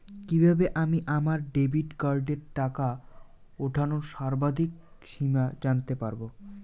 কিভাবে আমি আমার ডেবিট কার্ডের টাকা ওঠানোর সর্বাধিক সীমা জানতে পারব?